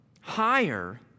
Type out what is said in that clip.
higher